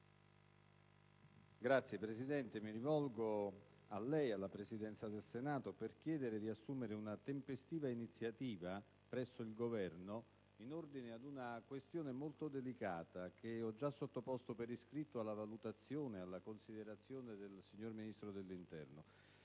Signor Presidente, mi rivolgo a lei e alla Presidenza del Senato per chiedere di assumere una tempestiva iniziativa presso il Governo in ordine ad una questione molto delicata che ho già sottoposto per iscritto alla valutazione e considerazione del signor Ministro dell'interno.